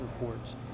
reports